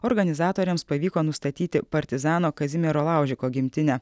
organizatoriams pavyko nustatyti partizano kazimiero laužiko gimtinę